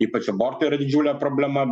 ypač abortai ir didžiulė problema